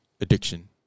addiction